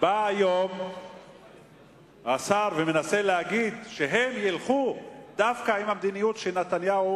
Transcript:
בא היום השר ומנסה להגיד שהם ילכו דווקא עם המדיניות שנתניהו